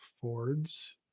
fords